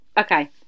Okay